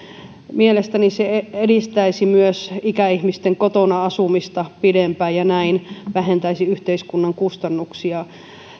mielestäni se edistäisi myös ikäihmisten kotona asumista pidempään ja näin vähentäisi yhteiskunnan kustannuksia